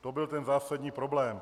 To byl ten zásadní problém.